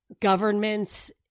government's